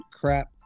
crap